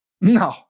No